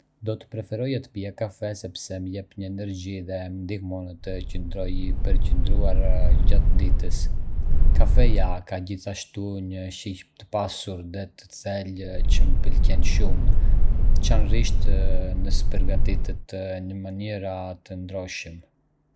Do të preferoja të pija kafe sepse më jep një energji dhe më ndihmon të qëndroj i përqendruar gjatë ditës. Kafeja ka gjithashtu një shije të pasur dhe të thellë që më pëlqen shumë, veçanërisht nëse përgatitet në mënyra të ndryshme.